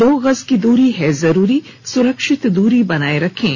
दो गज की दूरी है जरूरी सुरक्षित दूरी बनाए रखें